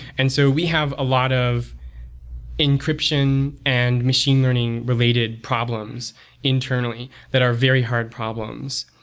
and so we have a lot of encryption and machine learning related problems internally that are very hard problems.